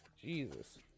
Jesus